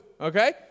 Okay